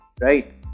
Right